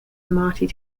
marty